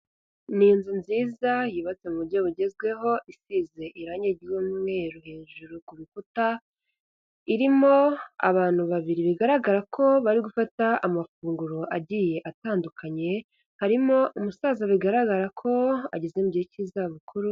Ni inzu nziza yubatse mu buryo bugezweho isize irange ry'umweru hejuru ku rukuta, irimo abantu babiri bigaragara ko bari gufata amafunguro agiye atandukanye, harimo umusaza bigaragara ko ageze mu gihe cy'iza bukuru.